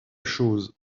chose